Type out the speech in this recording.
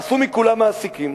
עשו מכולם מעסיקים,